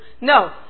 No